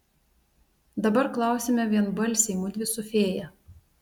dabar klausiame vienbalsiai mudvi su fėja